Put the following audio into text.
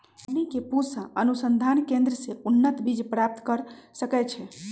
हमनी के पूसा अनुसंधान केंद्र से उन्नत बीज प्राप्त कर सकैछे?